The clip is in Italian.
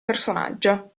personaggio